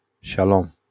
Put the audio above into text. Shalom